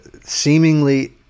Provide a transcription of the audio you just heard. seemingly